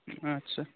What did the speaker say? आस्सा